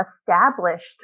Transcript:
established